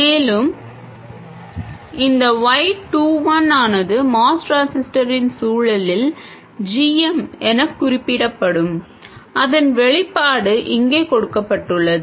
மேலும் இந்த y 2 1 ஆனது MOS டிரான்சிஸ்டரின் சூழலில் g m என குறிப்பிடப்படும் அதன் வெளிப்பாடு இங்கே கொடுக்கப்பட்டுள்ளது